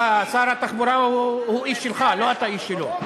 שר התחבורה הוא איש שלך, לא אתה איש שלו.